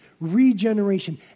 regeneration